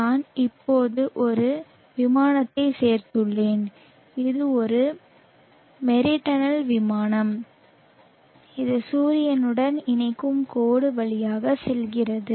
நான் இப்போது ஒரு விமானத்தை சேர்த்துள்ளேன் இது ஒரு மெரிடனல் விமானம் இது சூரியனுடன் இணைக்கும் கோடு வழியாக செல்கிறது